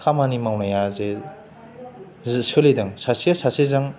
खामनि मावनायाजे जि सोलिदों सासेया सासेजों